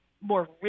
more